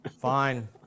fine